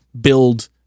build